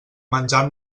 menjar